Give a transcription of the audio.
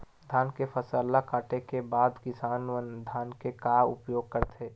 धान के फसल ला काटे के बाद किसान मन धान के का उपयोग करथे?